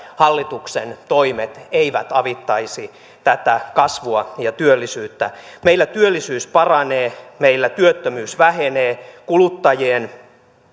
hallituksen toimet eivät avittaisi tätä kasvua ja työllisyyttä meillä työllisyys paranee meillä työttömyys vähenee kuluttajien